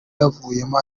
yavuyemo